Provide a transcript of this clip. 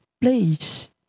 place